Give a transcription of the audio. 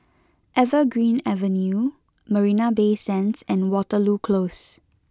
Evergreen Avenue Marina Bay Sands and Waterloo Close